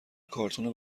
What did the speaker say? کارتون